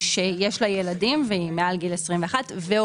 שיש לה ילדים, היא מעל גיל 21 ועובדת.